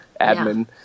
admin